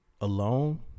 alone